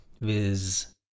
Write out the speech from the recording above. viz